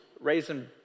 raising